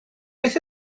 beth